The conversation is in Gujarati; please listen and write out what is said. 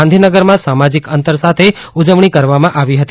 ગાંધીનગરમાં સામાજિક અંતર સાથે ઉજવણી કરવામાં આવી હતી